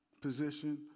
position